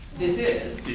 this is.